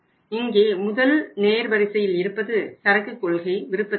இங்கே முதல் நேர் வரிசையில் இருப்பது சரக்கு கொள்கை விருப்பத்தேர்வு